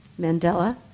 Mandela